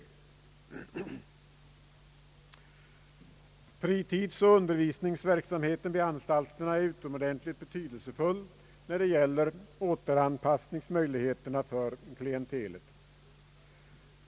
Fritids. och undervisningsverksamheten vid anstalterna är utomordentligt betydelsefull för klientelets återanpassningsmöjligheter.